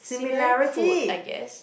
similarly food I guess